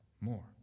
more